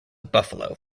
buffalo